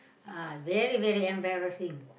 ah very very embarrassing